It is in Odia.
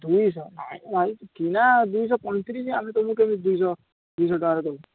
ଦୁଇଶହ ନାଇଁ ମ ଭାଇ କିଣା ଦୁଇଶହ ପଇଁତିରିଶ ଆମେ ତୁମକୁ କେମିତି ଦୁଇଶହ ଦୁଇଶହ ଟଙ୍କାରେ ଦେବୁ